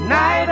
Night